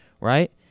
right